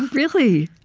really?